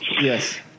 Yes